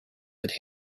could